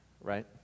right